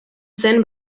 zen